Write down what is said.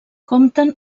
compten